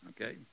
okay